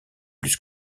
plus